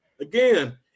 Again